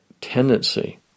tendency